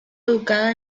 educada